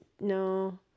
no